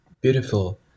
Beautiful